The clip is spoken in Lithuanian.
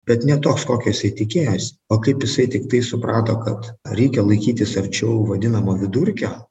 bet ne toks kokio jisai tikėjosi o kaip jisai tiktai suprato kad reikia laikytis arčiau vadinamo vidurkio